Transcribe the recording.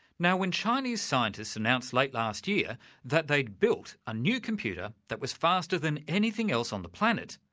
now when chinese scientists announced late last year that they'd built a new computer that was faster than anything else on the planet,